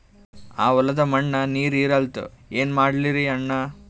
ಆ ಹೊಲದ ಮಣ್ಣ ನೀರ್ ಹೀರಲ್ತು, ಏನ ಮಾಡಲಿರಿ ಅಣ್ಣಾ?